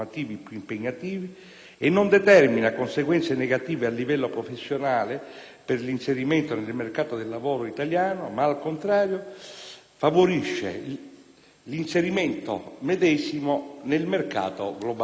e non determina conseguenze negative a livello professionale per l'inserimento nel mercato del lavoro italiano ma, al contrario, favorisce l'inserimento medesimo nel mercato globalizzato.